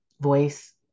voice